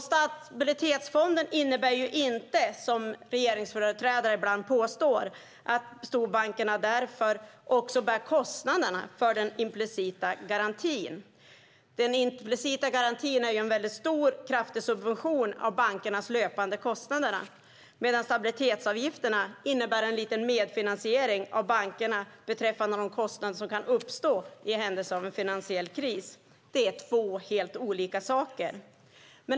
Stabilitetsfonden innebär inte, som regeringsföreträdare ibland påstår, att storbankerna därmed bär kostnaderna för den implicita garantin. Den implicita garantin utgör en kraftig subvention av bankernas löpande kostnader, medan stabilitetsavgifterna innebär en liten medfinansiering av bankerna avseende de kostnader som kan uppstå i händelse av en finansiell kris. Det är två helt olika saker.